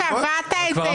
אתה קבעת את זה איתנו.